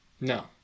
No